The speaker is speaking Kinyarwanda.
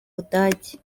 budage